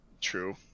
true